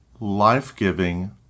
life-giving